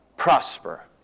Prosper